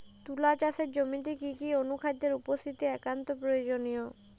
তুলা চাষের জমিতে কি কি অনুখাদ্যের উপস্থিতি একান্ত প্রয়োজনীয়?